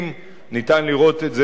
אפשר לראות את זה,